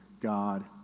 God